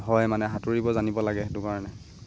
হয় মানে সাঁতুৰিব জানিব লাগে সেইটো কাৰণে